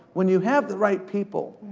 when you have the right people,